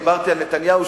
דיברתי על נתניהו,